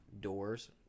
doors